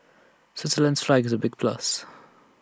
Switzerland's flag is A big plus